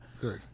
Good